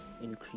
increase